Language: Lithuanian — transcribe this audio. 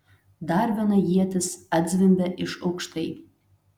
dar viena ietis atzvimbė iš aukštai